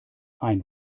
ein